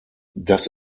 das